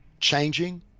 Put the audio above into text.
changing